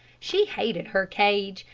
she hated her cage,